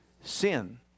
sin